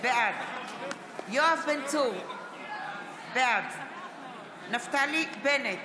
בעד יואב בן צור, בעד נפתלי בנט,